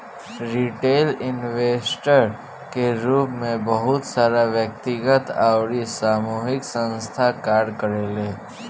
retail investor के रूप में बहुत सारा व्यक्तिगत अउरी सामूहिक संस्थासन कार्य करेले